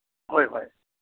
ꯍꯣꯏ ꯍꯣꯏ